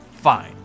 fine